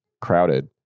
crowded